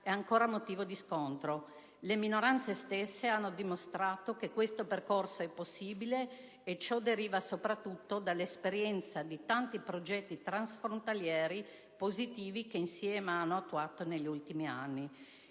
è ancora motivo di scontro. Le minoranze stesse hanno dimostrato che questo percorso è possibile e ciò deriva soprattutto dall'esperienza di tanti progetti transfrontalieri positivi che insieme hanno attuato negli ultimi anni.